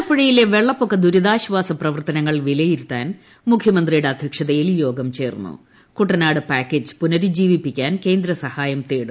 ആലപ്പുഴയിലെ വെള്ളപ്പൊക്ക ദുരിതാശ്ചാസ ന് പ്രവർത്തനങ്ങൾ വിലയിരുത്താൻ മുഖ്യമന്ത്രിയുടെ അധ്യക്ഷതയിൽ യോഗം ചേർന്നു കുട്ടനാട് പാക്കേജ് പുനരുജ്ജീവിപ്പിക്കാൻ കേന്ദ്രസഹായം തേടും